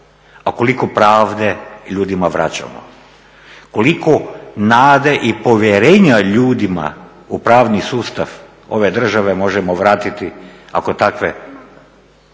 a koliko pravde ljudima vraćamo, koliko nade i povjerenja ljudima u pravni sustav ove države možemo vratiti ako takve